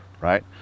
right